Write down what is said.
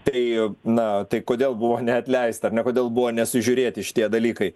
tai na tai kodėl buvo neatleista ar ne kodėl buvo nesužiūrėti šitie dalykai